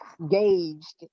engaged